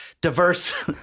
diverse